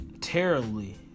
terribly